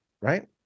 right